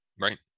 right